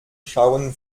schauen